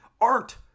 art